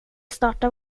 startar